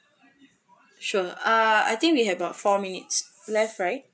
sure uh I think we have about four minutes left right